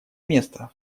место